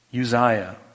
Uzziah